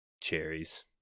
Cherries